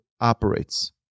operates